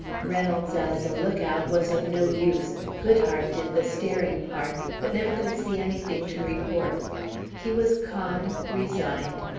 reynolds as a look-out was of no use. goodhart did the staring part, but never could see anything to reports he was calm, resigned,